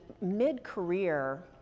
mid-career